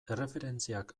erreferentziak